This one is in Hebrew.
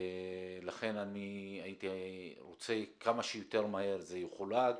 לכן אני הייתי רוצה שכמה שיותר מהר זה יחולק.